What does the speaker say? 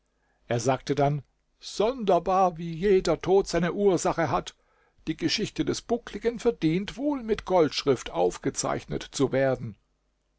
er sagte dann sonderbar wie jeder tod seine ursache hat die geschichte des buckligen verdient wohl mit goldschrift aufgezeichnet zu werden